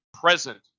present